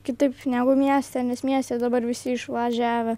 kitaip negu mieste nes mieste dabar visi išvažiavę